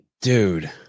Dude